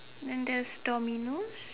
and there's Dominos